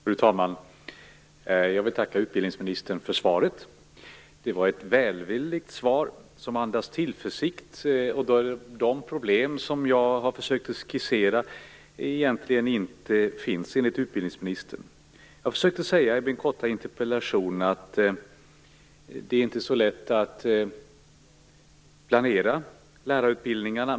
Fru talman! Jag vill tacka utbildningsministern för svaret. Det var ett välvilligt svar, som andas tillförsikt. De problem som jag har försökt skissera finns egentligen inte, enligt utbildningsministern. Jag har försökt säga i min korta interpellation att det inte är så lätt att planera lärarutbildningarna.